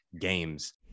games